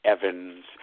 Evans